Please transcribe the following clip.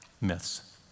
myths